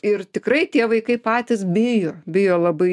ir tikrai tie vaikai patys bijo bijo labai